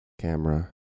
camera